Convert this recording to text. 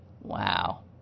Wow